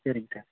சரிங்க சார்